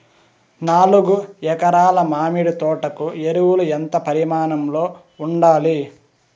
నాలుగు ఎకరా ల మామిడి తోట కు ఎరువులు ఎంత పరిమాణం లో ఉండాలి?